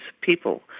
people